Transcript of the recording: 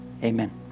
Amen